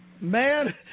man